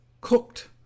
cooked